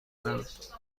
لطفا